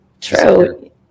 True